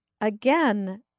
again